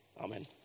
Amen